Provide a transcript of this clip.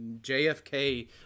JFK